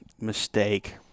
mistake